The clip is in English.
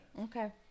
Okay